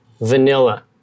Vanilla